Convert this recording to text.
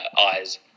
eyes